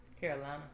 Carolina